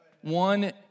One